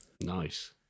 Nice